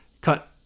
cut